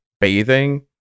bathing